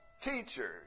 teachers